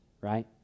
right